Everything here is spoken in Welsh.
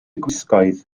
gwisgoedd